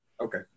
Okay